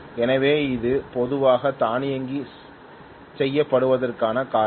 எனவே இது பொதுவாக தானியங்கி செய்யப்படுவதற்கான காரணம்